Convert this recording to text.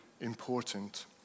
important